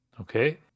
Okay